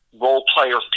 role-player